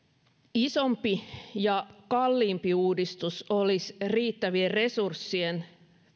isompi ja kalliimpi uudistus olisi riittävien resurssien